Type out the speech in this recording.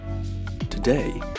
Today